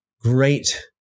great